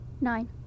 Nine